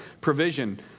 provision